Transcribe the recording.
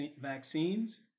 Vaccines